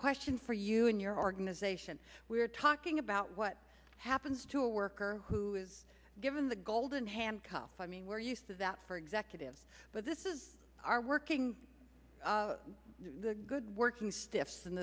question for you and your organization we're talking about what happens to a worker who is given the golden handcuffs i mean we're used to that for executives but this is our working the good working stiffs in